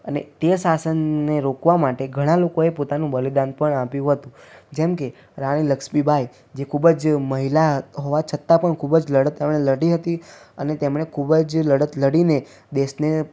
અને તે શાસનને રોકવા માટે ઘણાં લોકોએ પોતાનું બલિદાન પણ આપ્યું હતું જેમકે રાણી લક્ષ્મીબાઈ જે ખૂબ જ મહિલા હોવા છતાં પણ ખૃૂબ જ લડત તેમણે લડી હતી અને તેમણે ખૂબ જ લડત લડીને દેશને